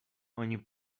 oni